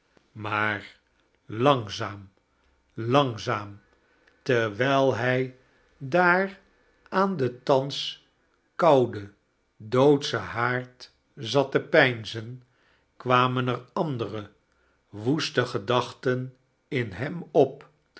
maai langzaain langzaam terwijl lirj diar aan den thans kouden doodschen haard zat te peinzen kwamen ter andere woeste gedachten in heim op